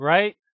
Right